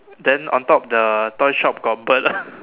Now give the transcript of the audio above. then on top the toy shop got bird